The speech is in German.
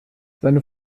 seine